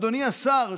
אדוני השר,